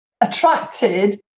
attracted